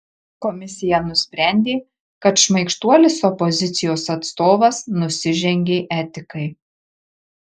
komisija nusprendė kad šmaikštuolis opozicijos atstovas nusižengė etikai